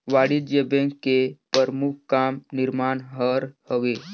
वाणिज्य बेंक के परमुख काम निरमान हर हवे